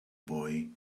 boy